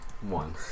one